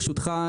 ברשותך,